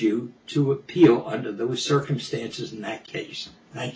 you to appeal under those circumstances in that case